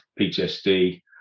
PTSD